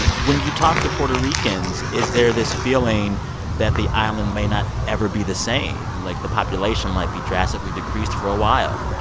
when you talk to puerto ricans, is there this feeling that the island may not ever be the same, like the population might be drastically decreased for a while?